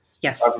Yes